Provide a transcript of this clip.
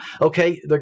okay